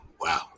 wow